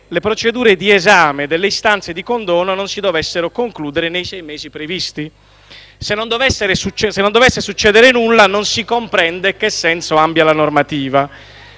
le procedure di esame delle istanze di condono non si dovessero concludere nei sei mesi previsti. Se non dovesse succedere nulla, non si comprende che senso abbia la normativa;